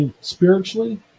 spiritually